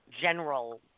general